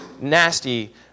nasty